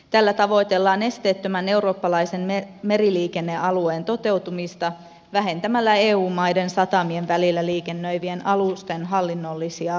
tällä tavoitellaan esteettömän eurooppalaisen meriliikennealueen toteutumista vähentämällä eu maiden satamien välillä liikennöivien alusten hallinnollisia menettelyjä